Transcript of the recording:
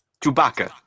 Chewbacca